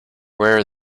where